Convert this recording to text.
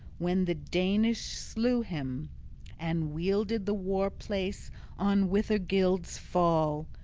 when the danish slew him and wielded the war-place on withergild's fall,